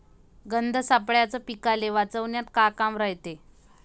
गंध सापळ्याचं पीकाले वाचवन्यात का काम रायते?